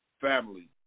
family